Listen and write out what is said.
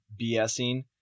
BSing